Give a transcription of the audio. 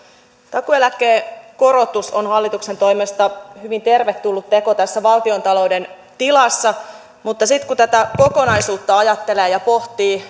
takuueläkekorotus on hallituksen toimesta hyvin tervetullut teko tässä valtiontalouden tilassa mutta sitten kun tätä kokonaisuutta ajattelee ja pohtii